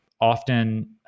often